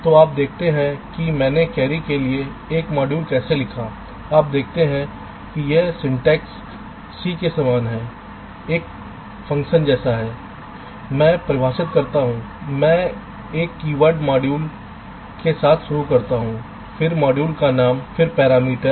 तो आप देखते हैं कि मैंने कैरी के लिए एक मॉड्यूल कैसे लिखा है आप देखते हैं कि यह सिंटेक्स C के समान है एक फ़ंक्शन जैसा मैं परिभाषित करता हूं मैं एक कीवर्ड मॉड्यूल के साथ शुरू करता हूं फिर मॉड्यूल का नाम फिर पैरामीटर